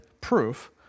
proof